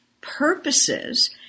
purposes